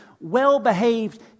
well-behaved